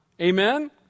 Amen